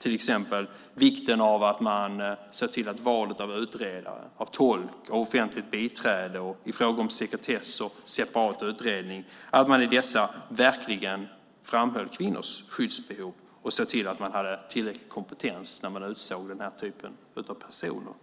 till exempel vikten av att man ser till att man i valet av utredare, tolk och offentligt biträde samt i fråga om sekretess och separat utredning verkligen framhöll kvinnors skyddsbehov och såg till att man hade tillräcklig kompetens när man utsåg den typen av personer.